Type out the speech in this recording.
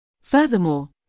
Furthermore